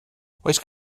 oes